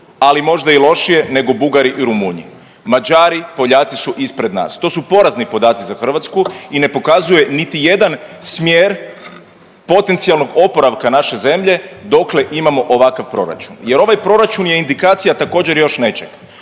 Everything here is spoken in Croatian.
ali možda i lošije nego Bugari i Rumunji. Mađari, Poljaci su ispred nas. To su porazni podaci za Hrvatsku i ne pokazuje niti jedan smjer potencijalnog oporavka naše zemlje dokle imamo ovakav proračun. Jer ovaj proračun je indikacija također još nečeg,